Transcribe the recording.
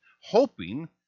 hoping